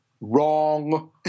wrong